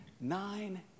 nine